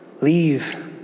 Leave